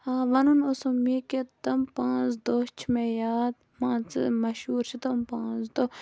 ہاں وَنُن اوسُم یہِ کہِ تِم پانٛژھ دۄہ چھِ مےٚ یاد مان ژٕ مَشہوٗر چھِ تِم پانٛژھ دۄہ